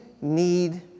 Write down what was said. need